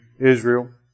Israel